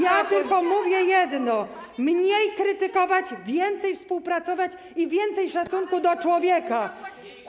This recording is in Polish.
Ja tylko mówię jedno: mniej krytykować, więcej współpracować i więcej szacunku do człowieka.